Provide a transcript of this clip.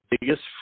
biggest